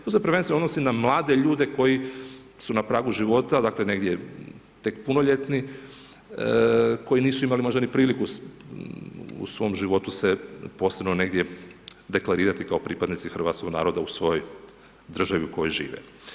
To se prvenstveno odnosi na mlade ljude, koji su na pragu života, negdje tek punoljetni, koji nisu imali možda ni priliku u svom životu se posebno negdje deklarirati kao pripadnici hrvatskog naroda u svojoj državi u kojoj žive.